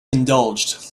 indulged